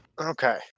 Okay